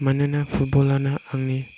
मानोना फुटब'ल आनो आंनि